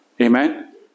Amen